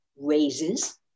raises